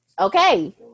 okay